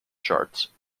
charts